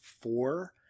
four